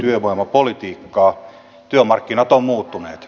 työmarkkinat ovat muuttuneet